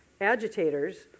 agitators